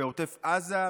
בעוטף עזה,